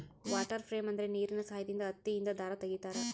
water frame ಅಂದ್ರೆ ನೀರಿನ ಸಹಾಯದಿಂದ ಹತ್ತಿಯಿಂದ ದಾರ ತಗಿತಾರ